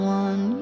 one